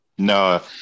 No